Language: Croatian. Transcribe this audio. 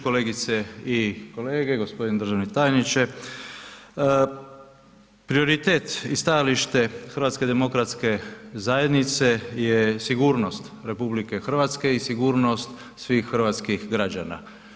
Kolegice i kolege, gospodin državni tajniče, prioritet i stajalište HDZ-a je sigurnost RH i sigurnost svih hrvatskih građana.